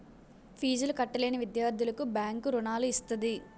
ఫీజులు కట్టలేని విద్యార్థులకు బ్యాంకు రుణాలు ఇస్తది